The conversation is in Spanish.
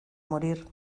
morir